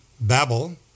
Babel